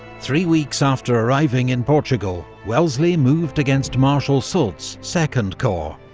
three weeks after arriving in portugal, wellesley moved against marshal soult's second corps,